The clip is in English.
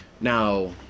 Now